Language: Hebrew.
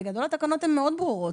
בגדול, התקנות הן מאוד ברורות.